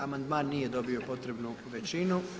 Amandman nije dobio potrebnu većinu.